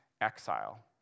exile